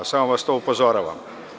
Samo vas na to upozoravam.